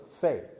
faith